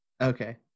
Okay